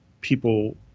people